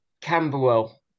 Camberwell